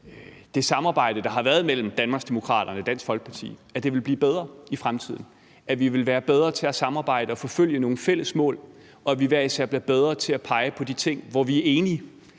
det samarbejde, der har været mellem Danmarksdemokraterne og Dansk Folkeparti, vil blive bedre i fremtiden, at vi vil være bedre til at samarbejde og forfølge nogle fælles mål, og at vi hver især bliver bedre til at pege på de ting, hvor vi er enige,